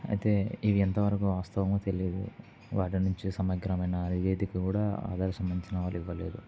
అయితే ఇవి ఎంతవరకు వాస్తవమొ తెలీదు వాటి నుంచి సమగ్రమైన నివేదిక కూడా ఆధార్ సంబంధించిన వాళ్ళు ఇవ్వలేదు